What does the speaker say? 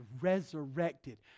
resurrected